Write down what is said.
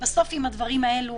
בסוף אם הדברים האלה